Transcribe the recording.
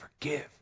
forgive